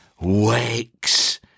Wakes